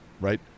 right